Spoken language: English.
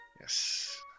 Yes